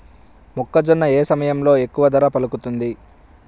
మొక్కజొన్న ఏ సమయంలో ఎక్కువ ధర పలుకుతుంది?